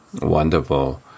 Wonderful